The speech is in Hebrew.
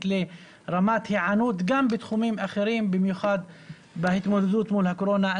לרמת היענות גם בתחומים אחרים במיוחד בהתמודדות מול הקורונה.